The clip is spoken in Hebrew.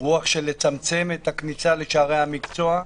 רוח של צמצום לכניסה לשערי המקצוע,